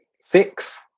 Six